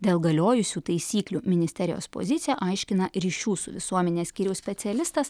dėl galiojusių taisyklių ministerijos poziciją aiškina ryšių su visuomene skyriaus specialistas